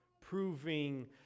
proving